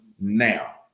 now